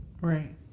right